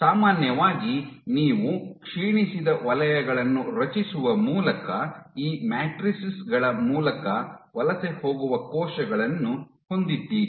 ಸಾಮಾನ್ಯವಾಗಿ ನೀವು ಕ್ಷೀಣಿಸಿದ ವಲಯಗಳನ್ನು ರಚಿಸುವ ಮೂಲಕ ಈ ಮ್ಯಾಟ್ರಿಸಸ್ ಗಳ ಮೂಲಕ ವಲಸೆ ಹೋಗುವ ಕೋಶಗಳನ್ನು ಹೊಂದಿದ್ದೀರಿ